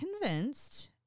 convinced